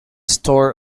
store